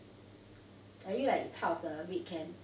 are you like part of the red camp